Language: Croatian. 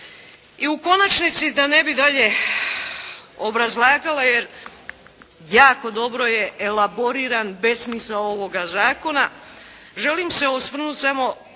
I u konačnici da ne bi dalje obrazlagala, jer jako dobro je elaboriran besmisao ovoga zakona, želim se osvrnuti samo